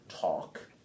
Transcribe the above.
talk